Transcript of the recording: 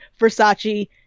Versace